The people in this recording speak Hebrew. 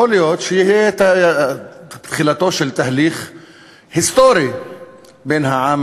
יכול להיות שתהיה תחילתו של תהליך היסטורי בין העם